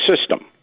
system